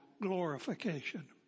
glorification